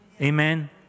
Amen